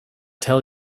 tell